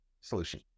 solution